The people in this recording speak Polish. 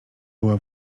była